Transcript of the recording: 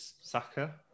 Saka